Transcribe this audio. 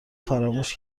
فراموش